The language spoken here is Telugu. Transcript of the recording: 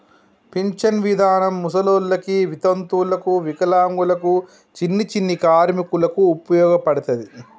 పింఛన్ విధానం ముసలోళ్ళకి వితంతువులకు వికలాంగులకు చిన్ని చిన్ని కార్మికులకు ఉపయోగపడతది